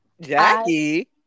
Jackie